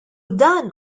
dan